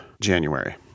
January